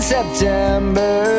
September